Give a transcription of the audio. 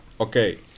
Okay